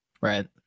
Right